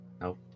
nope